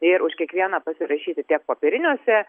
ir už kiekvieną pasirašyti tiek popieriniuose